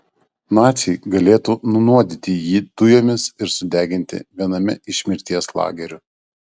naciai galėtų nunuodyti jį dujomis ir sudeginti viename iš mirties lagerių